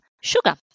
sugar